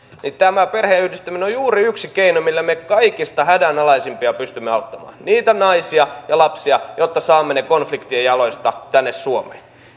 tämä perheenyhdistäminen on juuri yksi keino millä me kaikista hädänalaisimpia pystymme auttamaan niitä naisia ja lapsia jotta saamme heidät konfliktien jaloista tänne suomeen